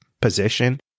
position